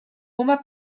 uma